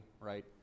right